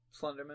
Slenderman